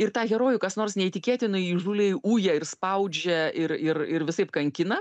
ir tą herojų kas nors neįtikėtinai įžūliai ūja ir spaudžia ir ir ir visaip kankina